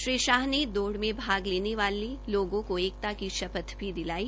श्री शाह ने दौड़ में भाग लेने वाले लोगों को एकता की शपथ भी दिलाई